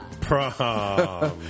Prom